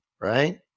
right